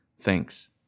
thanks